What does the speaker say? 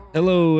Hello